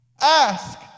Ask